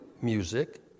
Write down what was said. music